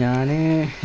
ഞാൻ